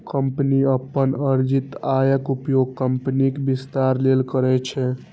company अपन अर्जित आयक उपयोग कंपनीक विस्तार लेल करै छै